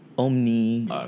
Omni